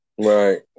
Right